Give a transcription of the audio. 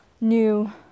new